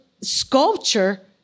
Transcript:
sculpture